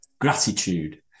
Gratitude